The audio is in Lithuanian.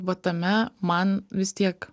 va tame man vis tiek